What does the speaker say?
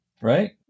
Right